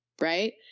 Right